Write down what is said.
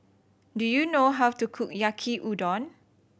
do you know how to cook Yaki Udon